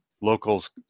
locals